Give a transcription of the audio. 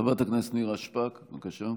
חברת הכנסת נירה שפק, בבקשה.